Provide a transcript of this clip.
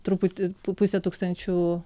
truputį po pusę tūkstančio